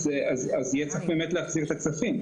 אז יהיה צריך באמת להחזיר את הכספים.